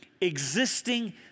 Existing